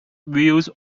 views